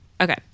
okay